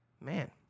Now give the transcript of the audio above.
Man